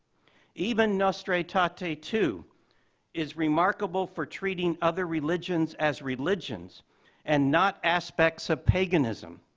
even nostra aetate two is remarkable for treating other religions as religions and not aspects of paganism.